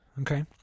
okay